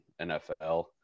NFL